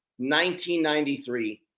1993